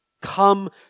Come